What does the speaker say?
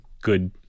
good